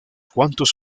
cuantos